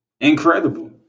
Incredible